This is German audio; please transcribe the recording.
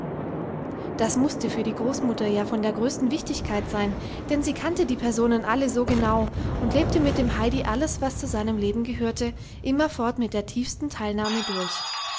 das mußte für die großmutter ja von der größten wichtigkeit sein denn sie kannte die personen alle so genau und lebte mit dem heidi alles was zu seinem leben gehörte immerfort mit der tiefsten teilnahme durch